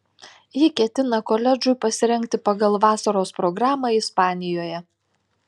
ji ketina koledžui pasirengti pagal vasaros programą ispanijoje